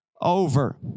over